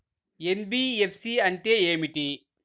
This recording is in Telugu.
ఎన్.బీ.ఎఫ్.సి అంటే ఏమిటి?